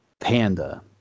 Panda